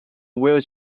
wheel